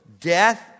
Death